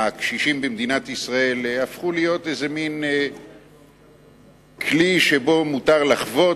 הקשישים במדינת ישראל הפכו להיות איזה מין כלי שבו מותר לחבוט,